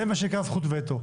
שנקרא זכות וטו.